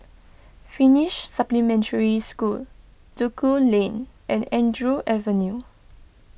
Finnish Supplementary School Duku Lane and Andrew Avenue